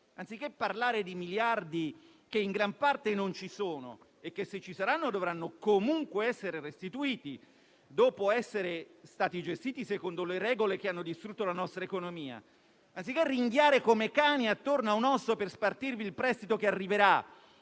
Anziché parlare di miliardi che in gran parte non ci sono - e che, se ci saranno, dovranno comunque essere restituiti, dopo essere stati gestiti secondo le regole che hanno distrutto la nostra economia - e ringhiare come cani attorno a un osso per spartirvi il prestito che arriverà,